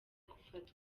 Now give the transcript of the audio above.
gufatwa